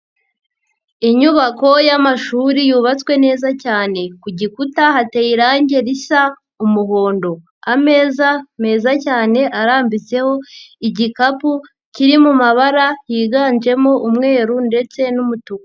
Inyubako y'amashuri yubatswe neza cyane. ku gikuta hateye irangi risa umuhondo. Ameza meza cyane arambitseho igikapu kiri mu mabara yiganjemo umweru ndetse n'umutuku.